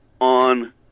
on